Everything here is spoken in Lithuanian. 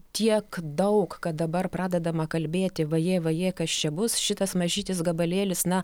tiek daug kad dabar pradedama kalbėti vajė vajė kas čia bus šitas mažytis gabalėlis na